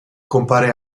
compare